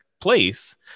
place